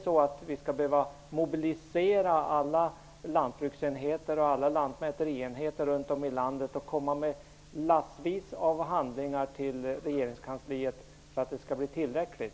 Skall vi behöva mobilisera alla lantbruksenheter och lantmäterienheter runt om i landet och komma med stora lass av handlingar till regeringskansliet för att det skall vara tillräckligt?